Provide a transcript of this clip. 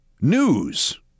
news